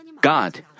God